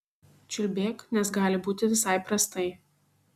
čiulbėk nes gali būti visai prastai